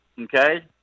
okay